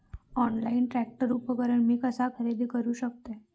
Online tractor उपकरण मी कसा खरेदी करू शकतय?